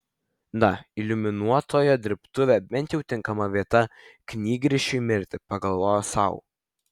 na iliuminuotojo dirbtuvė bent jau tinkama vieta knygrišiui mirti pagalvojo sau